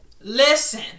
Listen